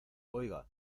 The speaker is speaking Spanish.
oiga